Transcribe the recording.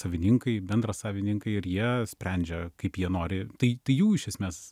savininkai bendrasavininkai ir jie sprendžia kaip jie nori tai jų iš esmės